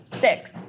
Six